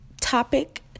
topic